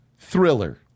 Thriller